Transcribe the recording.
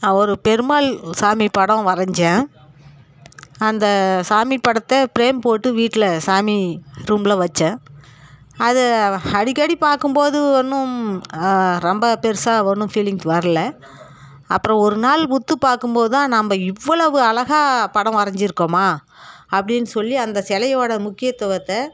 நான் ஒரு பெருமாள் சாமி படம் வரைஞ்சேன் அந்த சாமி படத்தை ப்ரேம் போட்டு வீட்டில் சாமி ரூமில் வைச்சேன் அதை அடிக்கடி பார்க்கும் போது ஒன்றும் ரொம்ப பெரிசா ஒன்றும் ஃபீலிங்ஸ் வர்லை அப்புறம் ஒரு நாள் உற்று பார்க்கும் போது தான் நம்ப இவ்வளவு அழகா படம் வரைஞ்சிருக்கோமா அப்படின்னு சொல்லி அந்த சிலையோட முக்கியத்துவத்தை